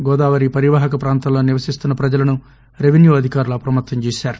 గోదావరిపరివాహకప్రాంతంలో నివసిస్తున్న ప్రజలనురెవిన్యూఅధికారులుఅప్రమత్తంచేశారు